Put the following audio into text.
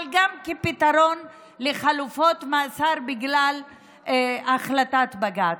אבל גם כפתרון לחלופות מאסר בגלל החלטת בג"ץ.